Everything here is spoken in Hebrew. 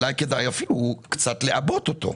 אולי כדאי אפילו קצת לעבות אותו.